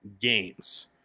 games